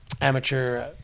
amateur